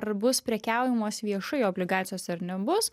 ar bus prekiaujamos viešai obligacijos ar nebus